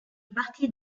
partie